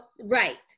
Right